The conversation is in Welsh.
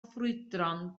ffrwydron